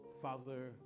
Father